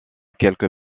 quelques